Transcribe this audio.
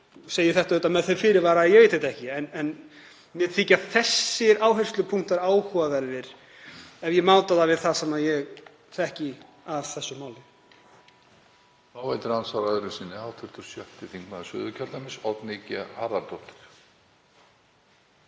segi þetta auðvitað með þeim fyrirvara að ég veit það ekki. En mér þykja þessir áherslupunktar áhugaverðir ef ég máta þá við það sem ég þekki af þessu máli.